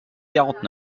quarante